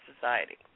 Society